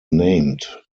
named